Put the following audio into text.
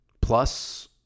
plus